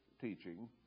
teaching